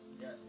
yes